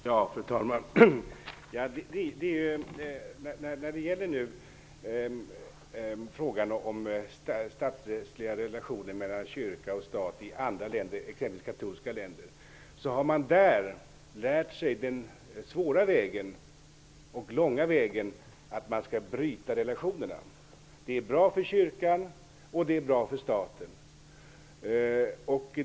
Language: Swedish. Fru talman! När det gäller frågan om statsrättsliga relationer mellan kyrka och stat i andra länder, t.ex. katolska länder, har man där lärt sig den svåra och långa vägen, att man skall bryta relationerna. Det är bra för kyrkan och det är bra för staten.